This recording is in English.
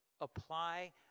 Apply